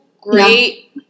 great